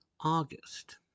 August